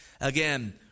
Again